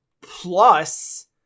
plus